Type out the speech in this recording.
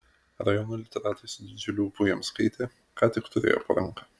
rajono literatai su didžiuliu ūpu jiems skaitė ką tik turėjo po ranka